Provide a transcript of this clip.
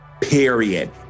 period